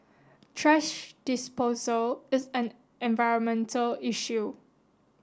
trash disposal is an environmental issue